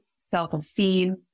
self-esteem